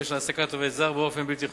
של העסקת עובד זר באופן בלתי חוקי,